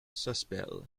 sospel